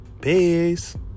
Peace